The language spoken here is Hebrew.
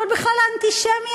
אבל בכלל האנטישמי,